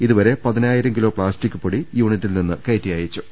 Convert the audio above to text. ഇതുവരെ പതിനായിരം kilo plastic പൊടി യൂണിറ്റിൽ നിന്ന് കയറ്റി അയച്ചു